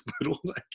little